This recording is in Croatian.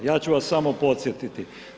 Ja ću vas samo podsjetiti.